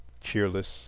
cheerless